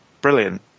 brilliant